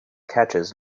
catches